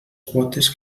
quotes